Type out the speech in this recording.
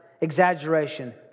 exaggeration